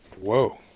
Whoa